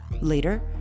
Later